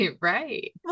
right